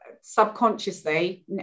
subconsciously